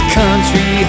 country